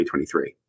2023